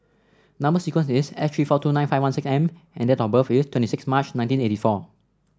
number sequence is S three four two nine five one six M and date of birth is twenty six March nineteen eighty four